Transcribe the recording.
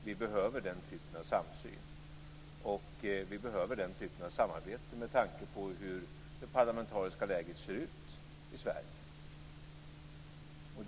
Vi behöver den typen av samsyn och den typen av samarbete med tanke på hur det parlamentariska läget ser ut i Sverige.